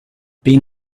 been